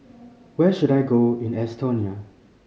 where should I go in Estonia